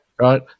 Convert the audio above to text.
right